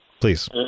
Please